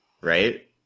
right